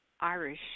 Irish